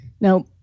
Now